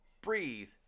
Breathe